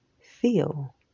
feel